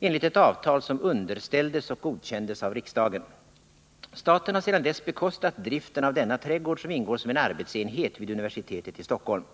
enligt ett avtal som underställdes och godkändes av riksdagen. Staten har sedan dess bekostat driften av denna trädgård, som ingår som en arbetsenhet vid universitetet i Stockholm.